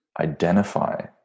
identify